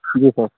जी sir